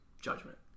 judgment